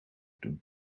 doen